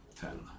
Ten